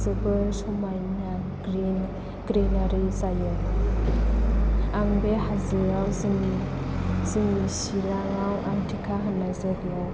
जोबोर समायना ग्रिनारि जायो आं बे हाजोआव जोंनि सिराङाव आमथेखा होननाय जायगायाव